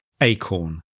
Acorn